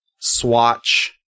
swatch